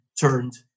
turned